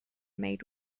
made